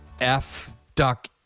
F-duck